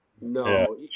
no